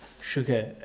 Sugar